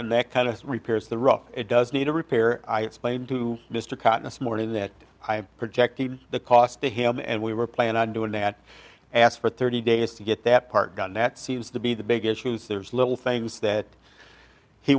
and that kind of repairs the rock it does need to repair i explained to mr cotton this morning that i am projecting the cost to him and we were planning on doing that ask for thirty days to get that part gotten that seems to be the big issues there's little things that he